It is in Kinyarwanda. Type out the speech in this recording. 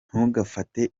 ntugafate